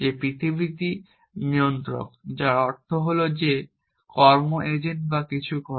যে পৃথিবীটি নিয়ন্ত্রক যার অর্থ হল যে কর্ম এজেন্ট যা কিছু করে